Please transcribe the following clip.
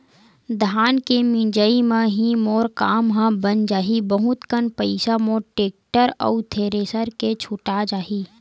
धान के मिंजई म ही मोर काम ह बन जाही बहुत कन पईसा मोर टेक्टर अउ थेरेसर के छुटा जाही